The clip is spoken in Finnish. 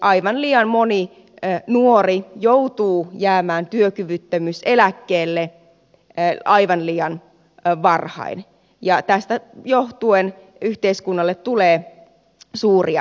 aivan liian moni nuori joutuu jäämään työkyvyttömyyseläkkeelle aivan liian varhain ja tästä johtuen yhteiskunnalle tulee suuria laskuja